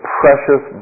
precious